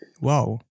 Wow